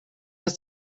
ist